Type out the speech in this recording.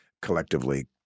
collectively